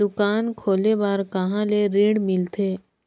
दुकान खोले बार कहा ले ऋण मिलथे?